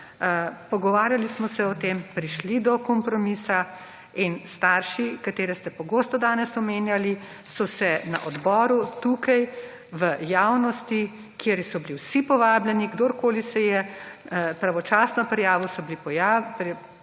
Pogovarjali smo se o tem, prišli do kompromisa in starši, katere ste pogosto danes omenjali, so se na odboru tukaj v javnosti, kjer so bili vsi povabljeni kdorkoli se je pravočasno prijavil, so bili povabljeni.